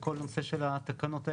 בכל הנושא של התקנות האלה?